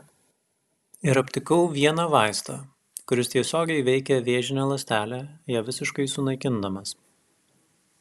ir aptikau vieną vaistą kuris tiesiogiai veikia vėžinę ląstelę ją visiškai sunaikindamas